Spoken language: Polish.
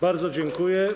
Bardzo dziękuję.